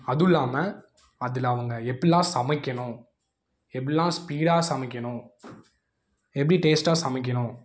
அதுவும் இல்லாமல் அதில் அவங்க எப்பிடில்லாம் சமைக்கணும் எப்பிடில்லாம் ஸ்பீடாக சமைக்கணும் எப்படி டேஸ்ட்டாக சமைக்கணும்